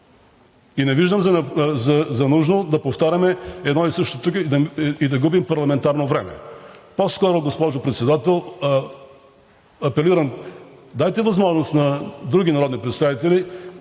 Не виждам за нужно да повтаряме едно и също тук и да губим парламентарно време. По-скоро, госпожо Председател, апелирам, дайте възможност на други народни представители